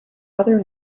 other